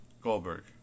Goldberg